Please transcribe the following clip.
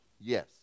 Yes